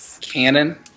canon